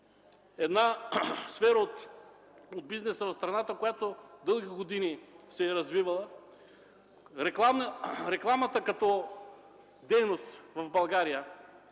начин сфера от бизнеса в страната, която дълги години се е развивала. От рекламната дейност в България